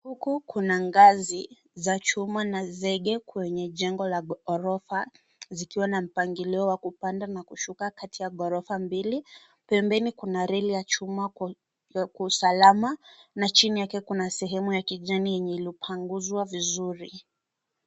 Huku kuna ngazi za chuma na zege kwenye jengo la ghorofa zikiwa na mpangilio wa kupanda na kushuka kati ya ghorofa mbili. Pembeni kuna reli ya chuma ya usalama na chini yake kuna sehemu ya kijani yenye iliyopanguzwa vizuri.